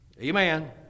Amen